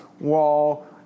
wall